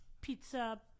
pizza